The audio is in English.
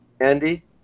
andy